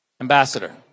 Ambassador